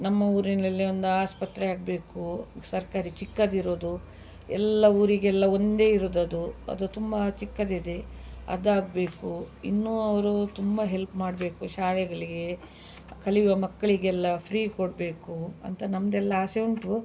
ನಮ್ಮ ಊರಿನಲ್ಲಿ ಒಂದು ಆಸ್ಪತ್ರೆ ಆಗಬೇಕು ಸರ್ಕಾರಿ ಚಿಕ್ಕದಿರೋದು ಎಲ್ಲ ಊರಿಗೆಲ್ಲ ಒಂದೇ ಇರೋದದು ಅದು ತುಂಬ ಚಿಕ್ಕದಿದೆ ಅದಾಗಬೇಕು ಇನ್ನೂ ಅವರು ತುಂಬ ಹೆಲ್ಪ್ ಮಾಡಬೇಕು ಶಾಲೆಗಳಿಗೆ ಕಲಿಯುವ ಮಕ್ಕಳಿಗೆಲ್ಲ ಫ್ರೀ ಕೊಡಬೇಕು ಅಂತ ನಮ್ಮದೆಲ್ಲ ಆಸೆ ಉಂಟು